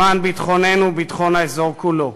למען ביטחוננו, ביטחון האזור כולו.